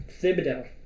Thibodeau